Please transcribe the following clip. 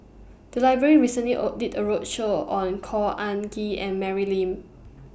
The Library recently did A roadshow on Khor Ean Ghee and Mary Lim